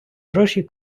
гроші